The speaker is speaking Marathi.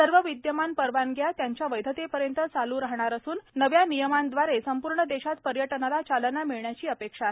सर्व विद्यमान परवानग्या त्यांच्या वैधतेपर्यंत चाल् राहणार असून नव्या नियमांदवारे संपूर्ण देशात पर्यटनाला चालना मिळण्याची अपेक्षा आहे